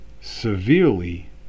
severely